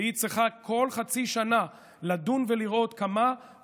והיא צריכה לדון בכל חצי שנה ולראות כמה עולים